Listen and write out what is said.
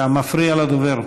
אתה מפריע לדובר.